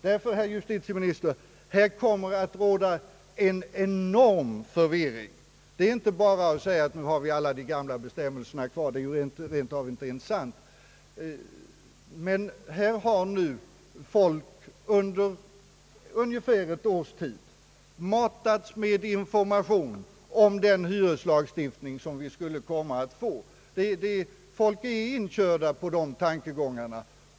Herr justitieminister, det kommer att råda en enorm förvirring. Det är inte bara att säga att vi nu har alla de gamla bestämmelserna kvar. Det är ju inte ens sant. Folk har under ungefär ett års tid matats med information om den hyreslagstiftning som vi skulle komma att Ang. hyreslagstiftningen få. Folk är invanda på de tankegångarna.